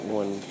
one